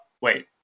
Wait